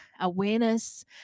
awareness